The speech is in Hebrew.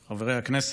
חברי הכנסת,